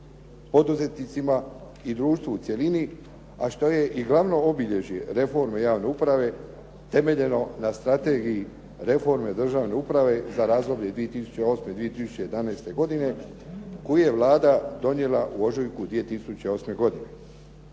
poduzetnicima i društvu u cjelini, a što je i glavno obilježje reforme javne uprave temeljeno na Strategiji reforme državne uprave za razdoblje 2008./2011. godine koji je Vlada donijela u ožujku 2008. godine.